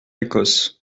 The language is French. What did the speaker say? écosse